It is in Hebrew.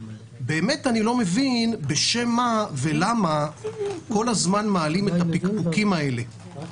אני לא מבין בשם מה ולמה מעלים את הפקפוקים האלה כל הזמן.